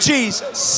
Jesus